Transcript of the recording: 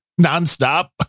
Nonstop